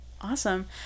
Awesome